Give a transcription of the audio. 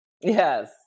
yes